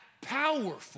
powerful